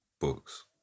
books